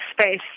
space